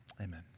Amen